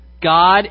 God